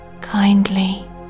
kindly